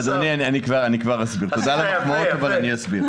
אדוני, תודה על המחמאות, אבל אני אסביר.